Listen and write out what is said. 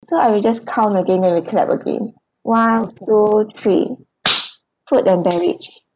so I will just count again then we clap again one two three food and beverage